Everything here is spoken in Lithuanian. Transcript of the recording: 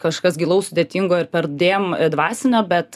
kažkas gilaus sudėtingo ir perdėm dvasinio bet